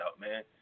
man